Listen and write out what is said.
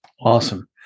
Awesome